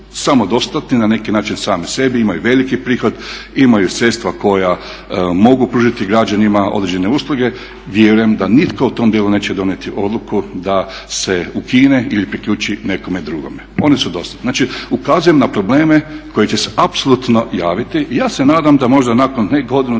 samodostatni na neki način sami sebi, imaju veliki prihod, imaju sredstva koja mogu pružiti građanima određene usluge. Vjerujem da nitko u tom dijelu neće donijeti odluku da se ukine ili priključi nekome drugome. Oni su dostatni. Znači ukazujem na probleme koji će se apsolutno javiti i ja se nadam da možda nakon ne godinu-dvije